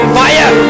fire